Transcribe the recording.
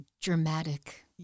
dramatic